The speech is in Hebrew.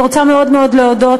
אני רוצה מאוד מאוד להודות,